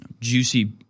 juicy